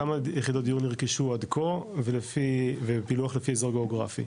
כמה יחידות דיור נרכשו עד כה ופילוח לפי אזור גאוגרפי,